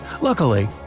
Luckily